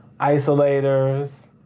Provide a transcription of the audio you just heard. isolators